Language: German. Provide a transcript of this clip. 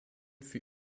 für